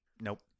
nope